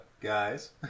guys